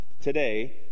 today